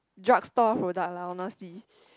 drug store product lah honestly